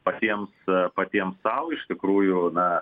patiems patiems sau iš tikrųjų na